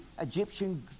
Egyptian